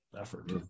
effort